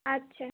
আচ্ছা